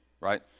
right